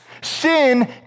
Sin